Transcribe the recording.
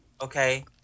Okay